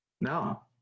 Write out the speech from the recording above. No